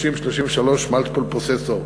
30 -33 מלטיפל-פרוססור.